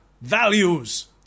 values